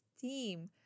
team